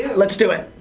let's do it.